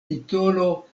titolo